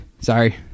Sorry